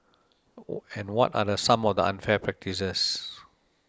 and what are some of the unfair practices